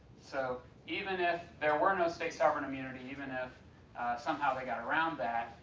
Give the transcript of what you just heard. so even if there were no state sovereign immunity, even if somehow they got around that,